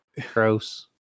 gross